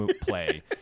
play